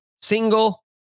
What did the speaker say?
single